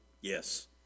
Yes